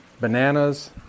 bananas